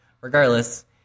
Regardless